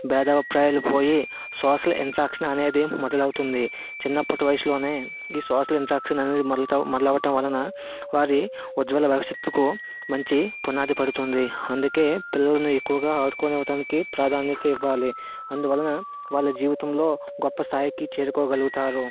బేధాభిప్రాయాలు పోయి social interaction అనేది మొదలు అవుతుంది చిన్నప్పటి వయసులోనే ఈ సోషల్ ఇంటరాక్షన్ అనేది మొదలు మొదలవ్వడం వలన వారి ఉజ్వల భవిష్యత్కు మంచి పునాది పడుతుంది అందుకే పిల్లలని ఎక్కువగా ఆడుకోనివ్వటానికి ప్రాధాన్యత ఇవ్వాలి అందువలన వాళ్ళ జీవితంలో గొప్ప స్థాయికి చేరుకోగలుగుతారు